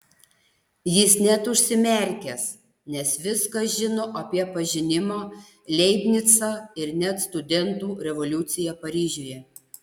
jis net užsimerkęs nes viską žino apie pažinimą leibnicą ir net studentų revoliuciją paryžiuje